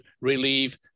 relieve